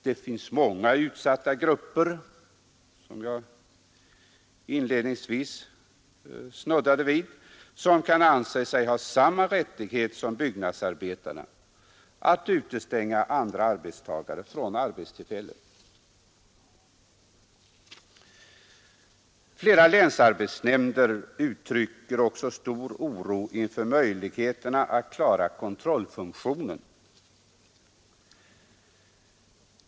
Det finns många utsatta grupper, som jag inledningsvis antydde, som kan anse sig ha samma rättighet som byggnadsarbetarna — att utestänga andra arbetstagare från arbetstillfällen. Flera länsarbetsnämnder uttrycker stor oro inför möjligheterna att klara kontrollfunktionen.